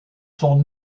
son